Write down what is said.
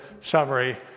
summary